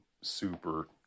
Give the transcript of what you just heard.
super